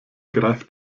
greift